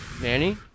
Manny